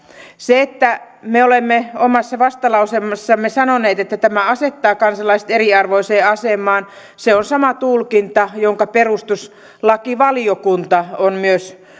se mitä me olemme omassa vastalauseessamme sanoneet että tämä asettaa kansalaiset eriarvoiseen asemaan on sama tulkinta jonka myös perustuslakivaliokunta on